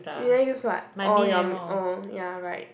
you never use what oh your m~ oh ya right